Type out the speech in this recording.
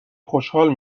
خوشحال